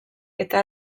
eta